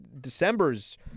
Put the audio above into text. December's